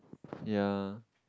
ya